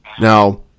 Now